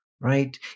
right